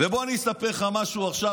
ובוא אני אספר לך משהו עכשיו,